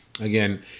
again